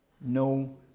No